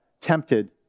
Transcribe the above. tempted